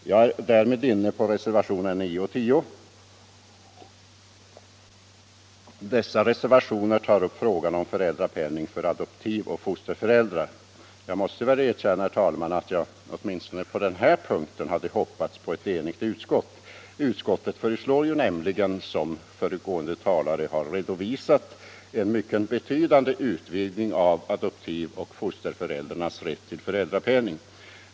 Jag går så in på reservationerna 9 och 10; dessa reservationer tar upp frågan om föräldrapenning för adpotivoch fosterföräldrar. Jag måste erkänna, herr talman, att jag åtminstone på den här punkten hade hoppats på ett enigt utskott. Utskottet föreslår ju, som föregående talare har redovisat, en mycket betydande utvidgning av adoptivoch fosterföräldrarnas rätt till föräldrapenning.